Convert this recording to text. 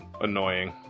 annoying